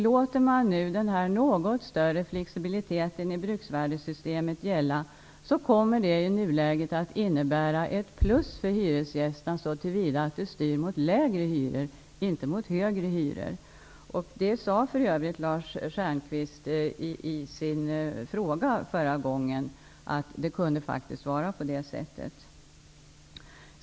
Låter man den något större flexibiliteten i bruksvärdessystemet gälla kommer det i nuläget att innebära ett plus för hyresgästen såtillvida att det styr mot lägre hyror och inte mot högre hyror. Lars Stjernkvist sade för övrigt förra gången i sin fråga att det kunde vara på det sättet.